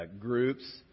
groups